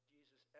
Jesus